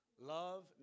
Love